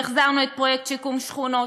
החזרנו את פרויקט שיקום שכונות,